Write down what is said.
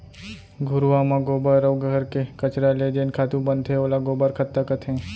घुरूवा म गोबर अउ घर के कचरा ले जेन खातू बनथे ओला गोबर खत्ता कथें